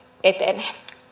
etenee